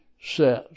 says